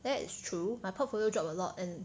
that is true my portfolio drop a lot and